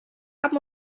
haben